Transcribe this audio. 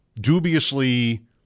dubiously